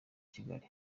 kigali